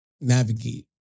navigate